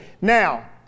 Now